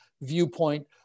viewpoint